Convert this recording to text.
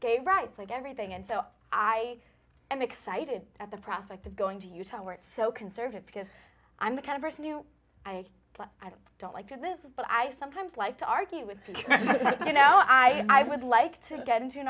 gay rights like everything and so i am excited at the prospect of going to utah where it's so conservative because i'm the kind of person you i don't like this but i sometimes like to argue with you know i i would like to get into an